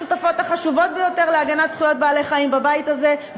אני אחת השותפות החשובות ביותר להגנת זכויות בעלי-חיים בבית הזה,